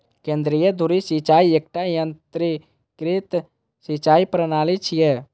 केंद्रीय धुरी सिंचाइ एकटा यंत्रीकृत सिंचाइ प्रणाली छियै